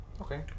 okay